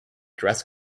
dress